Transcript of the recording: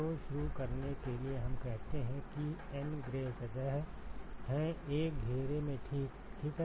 तो शुरू करने के लिए हम कहते हैं कि N ग्रे सतह हैं एक घेरे में ठीक है